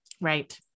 Right